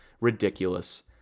ridiculous